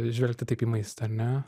žvelgti taip į maistą ar ne